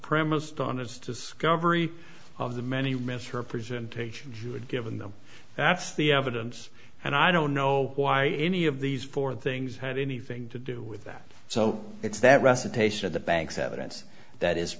premised on its discovery of the many misrepresentation should given them that's the evidence and i don't know why any of these four things had anything to do with that so it's that recitation of the bank's evidence that is